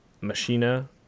Machina